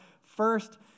First